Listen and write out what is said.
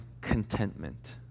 contentment